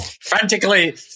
Frantically